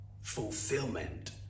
fulfillment